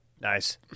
Nice